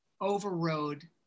overrode